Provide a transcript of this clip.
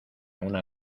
una